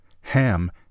Ham